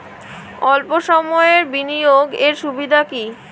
অল্প সময়ের বিনিয়োগ এর সুবিধা কি?